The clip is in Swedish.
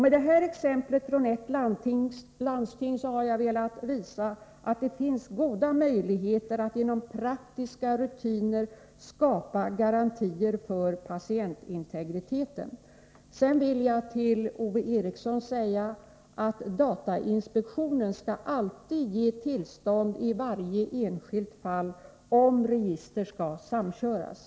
Med detta exempel från ett landsting har jag velat visa att det finns goda möjligheter att genom praktiska rutiner skapa garantier för patientintegriteten. Till Ove Eriksson vill jag sedan säga att datainspektionen alltid skall ge tillstånd i varje enskilt fall, om register skall samköras.